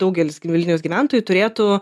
daugelis vilniaus gyventojų turėtų